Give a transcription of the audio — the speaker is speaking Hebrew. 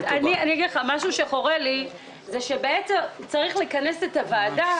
חורה לי שבעצם צריך לכנס את הוועדה